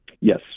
Yes